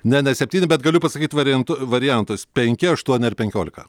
ne ne septyni bet galiu pasakyt variant variantus penki aštuoni ar penkiolika